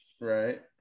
right